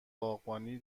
باغبانی